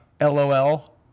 Lol